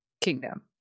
kingdom